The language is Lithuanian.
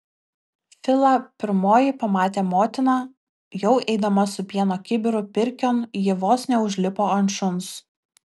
filą pirmoji pamatė motina jau eidama su pieno kibiru pirkion ji vos neužlipo ant šuns